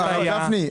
הרב גפני,